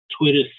Twitter